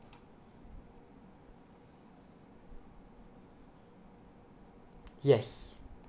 yes